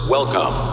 Welcome